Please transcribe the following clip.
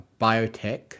Biotech